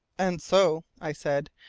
and so, i said,